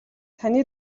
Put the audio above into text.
таны